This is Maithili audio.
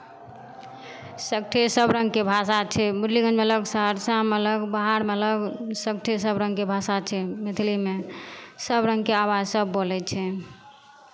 सगठे सभरङ्गके भाषा छै मुरलीगञ्जमे अलग सहरसामे अलग बाहरमे अलग सगठे सभरङ्गके भाषा छै मैथिलीमे सभरङ्गके आवाजसभ बोलै छै